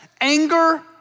anger